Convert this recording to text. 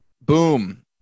Boom